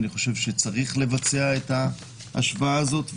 אני חושב שכן צריך לבצע את ההשוואה הזאת,